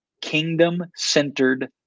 kingdom-centered